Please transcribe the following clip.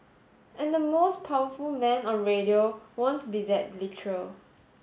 and the most powerful man on radio won't be that literal